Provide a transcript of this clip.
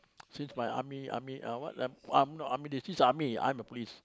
since my army army uh what ah um no army there's this army I'm the police